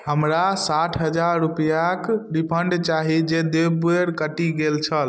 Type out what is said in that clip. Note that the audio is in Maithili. हमरा साठ हजार रूपैआक रिफन्ड चाही जे दू बेर कटि गेल छल